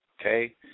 Okay